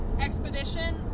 Expedition